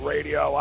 Radio